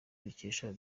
dukesha